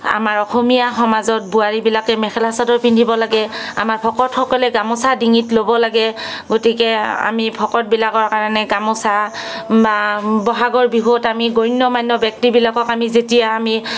আমাৰ অসমীয়া সমাজত বোৱাৰী বিলাকে মেখেলা চাদৰ পিন্ধিব লাগে আমাক ভকতসকলে গামোচা ডিঙিত ল'ব লাগে গতিকে আমি ভকতবিলাকৰ কাৰণে গামোচা বা বহাগৰ বিহুত আমি গণ্য়মান্য ব্যক্তিবিলাকক আমি যেতিয়া আমি